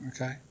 Okay